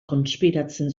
konspiratzen